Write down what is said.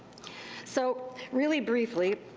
so really briefly,